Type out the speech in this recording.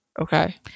okay